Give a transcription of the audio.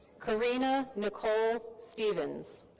karena nicole stevens.